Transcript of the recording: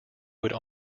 would